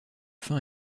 fin